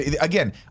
Again